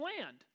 land